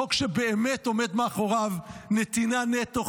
חוק שבאמת עומדת מאחוריו נתינה נטו,